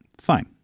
Fine